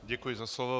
Děkuji za slovo.